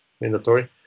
mandatory